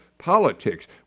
politics